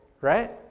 right